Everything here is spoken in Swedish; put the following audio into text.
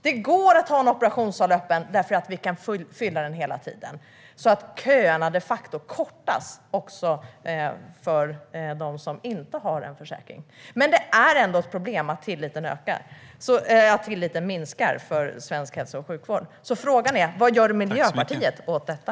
Det går att ha en operationssal öppen därför att de kan fylla den hela tiden, så att köerna de facto kortas också för dem som inte har en försäkring. Men det är ändå ett problem att tilliten till svensk hälso och sjukvård minskar. Frågan är: Vad gör Miljöpartiet åt detta?